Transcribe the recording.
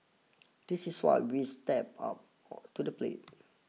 this is what we've stepped up to the plate